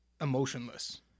Emotionless